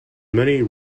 many